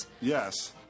Yes